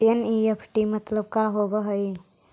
NEFT मतलब का होब हई?